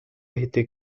été